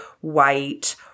white